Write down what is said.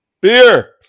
beer